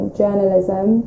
journalism